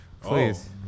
please